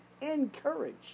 encouraged